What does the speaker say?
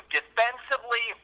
Defensively